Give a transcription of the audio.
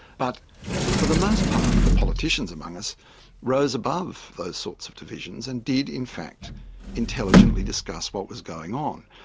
but for the most part the politicians among us rose above those sorts of divisions and did in fact intelligently discuss what was going on.